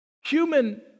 human